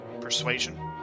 persuasion